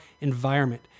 environment